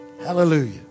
Hallelujah